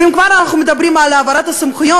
ואם כבר אנחנו מדברים על העברת הסמכויות,